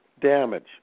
damage